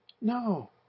No